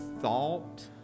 thought